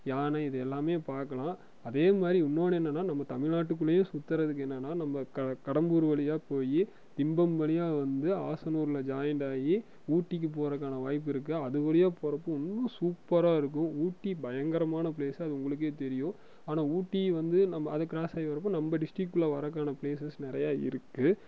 யானை இது எல்லாமே பார்க்கலாம் அதே மாதிரி இன்னொன்று என்னென்னா நம்ம தமிழ்நாட்டுக் குள்ளேயே சுற்றுறதுக்கு என்னென்னா நம்ம கடம்பூர் வழியாக போய் திம்பம் வழியாக வந்து ஆசனூரில் ஜாயிண்ட்டாயி ஊட்டிக்கு போகறக்கான வாய்ப்பு இருக்கு அது வழியா போகறப்போ இன்னும் சூப்பராக இருக்கும் ஊட்டி பயங்கரமான ப்ளேஸ்ஸு அது உங்களுக்கே தெரியும் ஆனால் ஊட்டி வந்து நம்ம அது க்ராஸ்சாகி வரப்போ நம்ம டிஸ்டிக்குள்ளே வர்றதுக்கான ப்ளேஸ் நிறையா இருக்கு